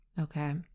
Okay